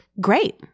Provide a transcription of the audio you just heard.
great